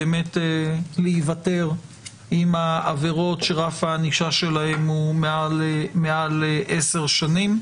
באמת להיוותר עם העבירות שרף הענישה שלהן הוא מעל עשר שנים.